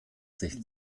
sich